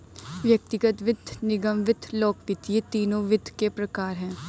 व्यक्तिगत वित्त, निगम वित्त, लोक वित्त ये तीनों वित्त के प्रकार हैं